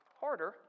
harder